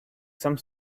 some